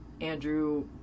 Andrew